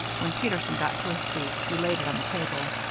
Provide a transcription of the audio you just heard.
when peterson got to his feet, he laid it on the table.